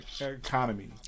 economy